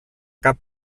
cap